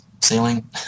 sailing